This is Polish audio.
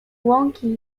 łąki